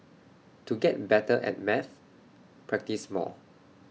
to get better at maths practise more